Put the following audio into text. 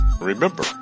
remember